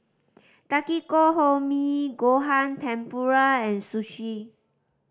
Takikomi Gohan Tempura and Sushi